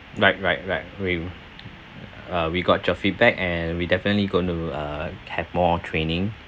right right right will uh we got your feedback and we definitely going to uh have more training